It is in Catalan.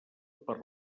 per